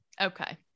Okay